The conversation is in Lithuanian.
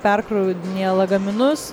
perkraudinėja lagaminus